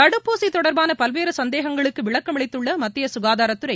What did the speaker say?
தடுப்பூசி தொடர்பான பல்வேறு சந்தேகங்களுக்கு விளக்கமளித்துள்ள மத்திய ககாதாரத்துறை